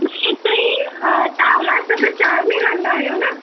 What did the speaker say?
न इते ई तव्हां उल्हास नगर चारि में रहंदा आहियो न